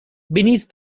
beneath